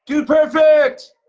dude perfect!